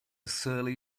surly